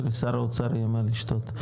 שלשר האוצר יהיה מה לשתות.